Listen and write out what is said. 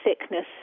sickness